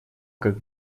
как